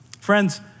Friends